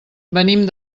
venim